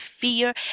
fear